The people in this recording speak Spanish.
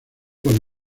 con